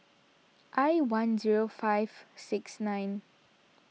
I one zero five six nine